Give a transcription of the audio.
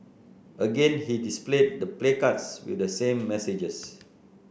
again he displayed the placards with the same messages